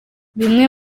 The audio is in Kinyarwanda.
bimwe